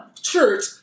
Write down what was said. church